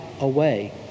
away